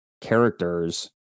characters